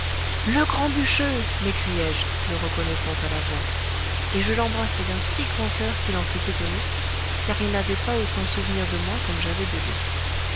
le grand bûcheux m'écriai-je le reconnaissant à la voix et je l'embrassai d'un si grand coeur qu'il en fut étonné car il n'avait pas autant souvenir de moi comme j'avais de lui